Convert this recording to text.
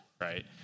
right